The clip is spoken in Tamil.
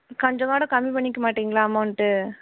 கொஞ்சம் கூட கம்மி பண்ணிக்க மாட்டீங்களா அமௌண்ட்டு